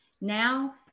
Now